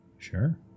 Sure